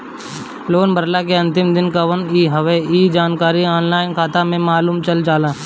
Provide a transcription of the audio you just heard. loan भरला के अंतिम दिन कवन हवे इ जानकारी ऑनलाइन खाता में मालुम चल जाला